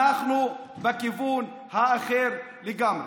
אנחנו בכיוון האחר לגמרי.